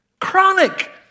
Chronic